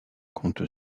compte